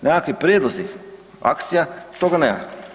Nekakvi prijedlozi akcija, toga nema.